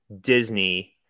Disney